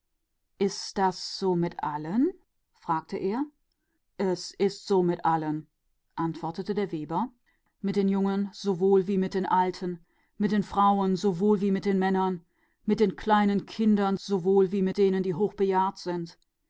ist das wirklich so fragte der könig es ist wirklich so antwortete der weber bei den jungen sowohl wie bei den alten bei den frauen wie bei den männern bei den kleinen kindern wie bei denen die